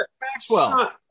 Maxwell